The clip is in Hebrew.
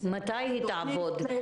מתי היא תעבוד?